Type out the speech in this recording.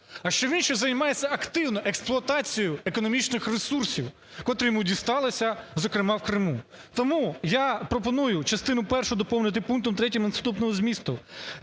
а що він ще займається активно експлуатацією економічних ресурсів, котрі йому дісталися, зокрема, в Криму. Тому я пропоную частину першу доповнити пунктом третім наступного змісту: